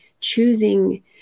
choosing